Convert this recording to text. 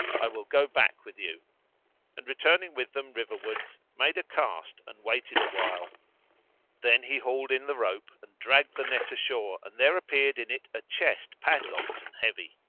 i will go back with you and, returning with them river-wards, made a cast and waited a while then he hauled in the rope and dragged the net ashore and there appeared in it a chest padlocked and heavy.